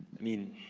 i mean,